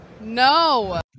No